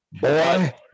boy